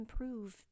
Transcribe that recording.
improve